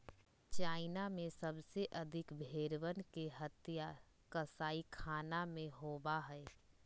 China में सबसे अधिक भेंड़वन के हत्या कसाईखाना में होबा हई